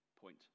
point